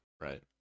right